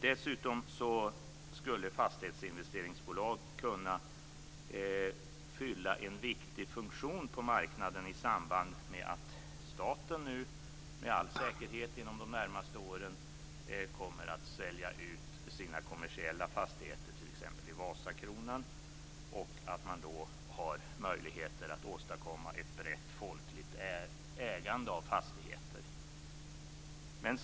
Dessutom skulle fastighetsinvesteringsbolag kunna fylla en viktig funktion på marknaden i samband med att staten under de närmaste åren med all säkerhet kommer att sälja ut sina kommersiella fastigheter i t.ex. Vasakronan. Då har man möjlighet att åstadkomma ett brett folkligt ägande av fastigheter.